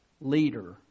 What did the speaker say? leader